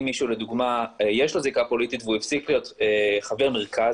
אם למישהו לדוגמה יש זיקה פוליטית והוא הפסיק להיות חבר מרכז,